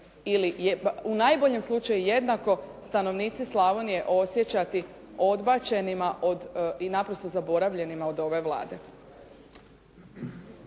ili u najboljem slučaju jednako stanovnici Slavonije osjećati odbačenima od, i naprosto zaboravljenima od ove Vlade.